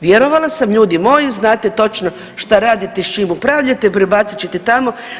Vjerovala sam ljudi moji znate točno šta radite i s čim upravljate, prebacit ćete tamo.